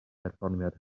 perfformiad